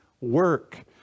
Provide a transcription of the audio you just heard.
work